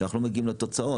שאנחנו לא מגיעים לתוצאות.